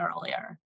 earlier